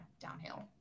downhill